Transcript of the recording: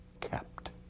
kept